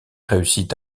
réussit